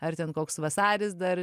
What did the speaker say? ar ten koks vasaris dar